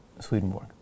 Swedenborg